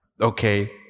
Okay